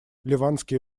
ливанские